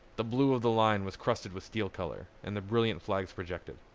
the blue of the line was crusted with steel color, and the brilliant flags projected.